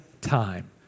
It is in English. time